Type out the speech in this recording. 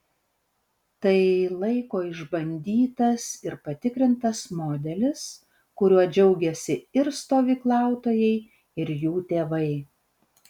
tai laiko išbandytas ir patikrintas modelis kuriuo džiaugiasi ir stovyklautojai ir jų tėvai